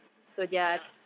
(uh huh)